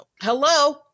hello